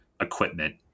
equipment